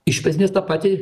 išp esmės tą patį